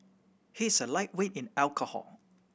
he is a lightweight in alcohol